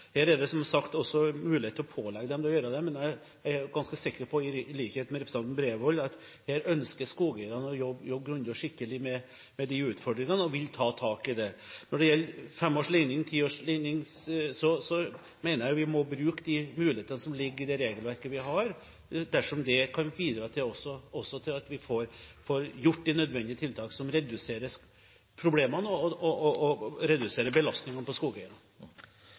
Her er det som sagt også mulighet til å pålegge dem å gjøre det, men jeg er i likhet med representanten Bredvold ganske sikker på at her ønsker skogeierne å jobbe grundig og skikkelig med de utfordringene og vil ta tak i det. Når det gjelder fem års ligning og ti års ligning, mener jeg vi må bruke de mulighetene som ligger i det regelverket vi har, dersom det også kan bidra til at vi får satt i verk de tiltak som er nødvendige for å redusere problemene og redusere belastningen på skogeierne.